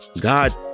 God